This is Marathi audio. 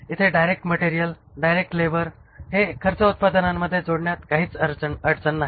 इथे डायरेक्ट मटेरियल डायरेक्ट लेबर हे खर्च उत्पादनांमध्ये जोडण्यात काही अडचण नाही